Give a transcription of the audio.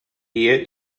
ehe